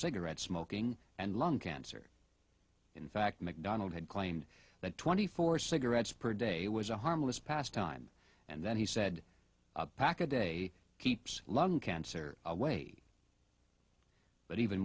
cigarette smoking and lung cancer in fact macdonald had claimed that twenty four cigarettes per day was a harmless pastime and then he said a pack a day keeps lung cancer away but even